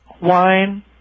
wine